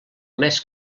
més